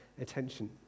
attention